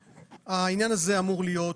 העניין הזה אמור להיות